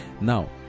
Now